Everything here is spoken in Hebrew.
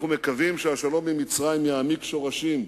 אנחנו מקווים שהשלום עם מצרים יעמיק שורשים,